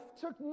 took